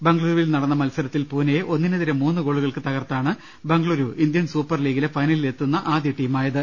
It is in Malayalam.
ബംഗളുരുവിൽ നടന്ന മത്സരത്തിൽ പൂനെയെ ഒന്നിനെതിരെ മൂന്ന് ഗോളു കൾക്ക് തകർത്താണ് ബംഗളുരു ഇന്ത്യൻ സൂപ്പർ ലീഗിലെ ഫൈനലിൽ എത്തുന്ന ആദ്യ ടീമായത്